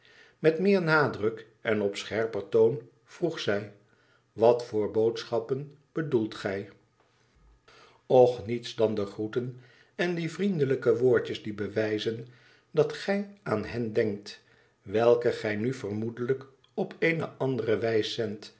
met meer nadruk en op scherper toon vroeg zij wat voor boodschappen bedoelt gij loch niets dan groeten en die vriendelijke woordjes die bewijzen dat gij aan hen denkt welke gij nu vermoedelijk op eene andere wijs zendt